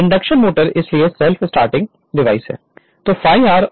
induction motor इसलिए self starting device है